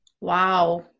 Wow